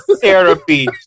therapy